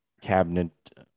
cabinet